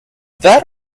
that